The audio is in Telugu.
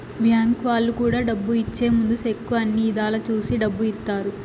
బ్యాంక్ వాళ్ళు కూడా డబ్బు ఇచ్చే ముందు సెక్కు అన్ని ఇధాల చూసి డబ్బు ఇత్తారు